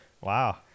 Wow